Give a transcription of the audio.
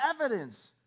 evidence